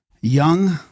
young